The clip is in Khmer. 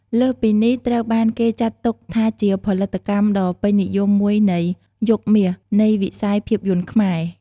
លើសពីនេះ ត្រូវបានគេចាត់ទុកថាជាផលិតកម្មដ៏ពេញនិយមមួយនៃ "យុគមាស" នៃវិស័យភាពយន្តខ្មែរ។